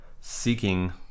seeking